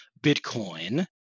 Bitcoin